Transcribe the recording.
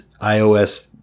iOS